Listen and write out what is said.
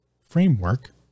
framework